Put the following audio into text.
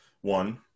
one